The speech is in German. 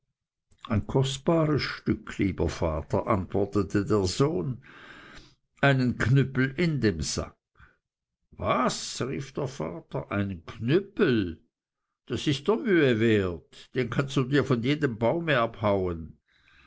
ein kostbares stück lieber vater antwortete der sohn einen knüppel in dem sack was rief der vater einen knüppel das ist der mühe wert den kannst du dir von jedem baume abhauen